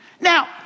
now